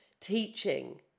teaching